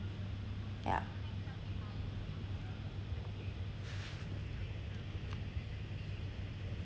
yeah